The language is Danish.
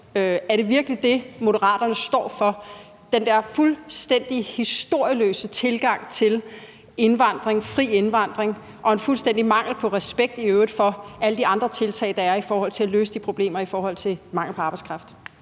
Er det virkelig det, Moderaterne står for – den der fuldstændige historieløse tilgang til indvandring, fri indvandring, og en fuldstændig mangel på respekt i øvrigt for alle de andre tiltag, der er, for at løse de problemer med mangel på arbejdskraft?